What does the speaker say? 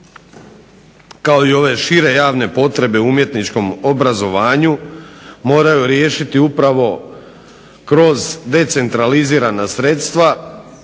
kao i ove šire javne potrebe umjetničkom obrazovanju moraju riješiti upravo kroz decentralizirana sredstva